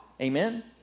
Amen